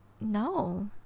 no